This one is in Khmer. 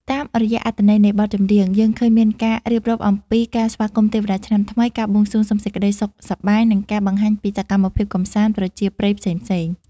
តាមរយៈអត្ថន័យនៃបទចម្រៀង យើងឃើញមានការរៀបរាប់អំពីការស្វាគមន៍ទេវតាឆ្នាំថ្មី ការបួងសួងសុំសេចក្តីសុខសប្បាយ និងការបង្ហាញពីសកម្មភាពកម្សាន្តប្រជាប្រិយផ្សេងៗ។